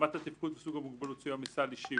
רמת התפקוד וסוג המוגבלות לא צריך סיוע מסל אישי